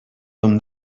him